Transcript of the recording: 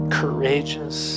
courageous